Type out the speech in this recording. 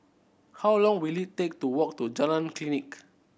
how long will it take to walk to Jalan Klinik